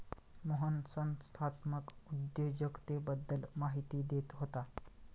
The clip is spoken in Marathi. मोहन संस्थात्मक उद्योजकतेबद्दल माहिती देत होता